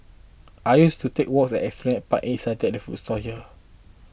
I used to take walks at Esplanade Park and eat satay at food stall here